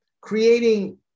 creating